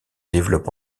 développe